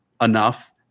enough